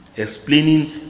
explaining